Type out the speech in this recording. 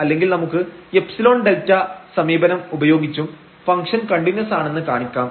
അല്ലെങ്കിൽ നമുക്ക് ϵΔ സമീപനം ഉപയോഗിച്ചും ഫംഗ്ഷൻ കണ്ടിന്യൂസ് ആണെന്ന് കാണിക്കാം